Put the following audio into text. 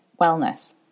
wellness